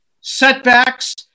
setbacks